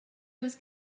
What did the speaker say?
was